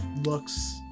looks